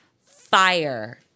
fire